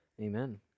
amen